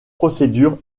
procédure